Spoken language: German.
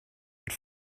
und